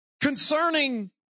concerning